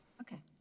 Okay